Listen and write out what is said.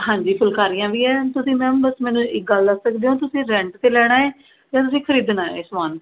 ਹਾਂਜੀ ਫੁਲਕਾਰੀਆਂ ਵੀ ਐਂ ਤੁਸੀਂ ਮੈਮ ਬਸ ਮੈਨੂੰ ਇੱਕ ਗੱਲ ਦੱਸ ਸਕਦੇ ਹੋ ਤੁਸੀਂ ਰੈਂਟ 'ਤੇ ਲੈਣਾ ਏ ਜਾਂ ਤੁਸੀਂ ਖਰੀਦਣਾ ਏ ਸਮਾਨ